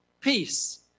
peace